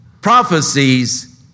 prophecies